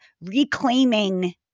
reclaiming